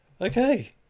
Okay